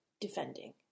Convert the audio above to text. defending